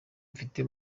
mfite